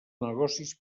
negocis